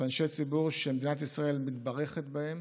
אנשי ציבור שמדינת ישראל מתברכת בהם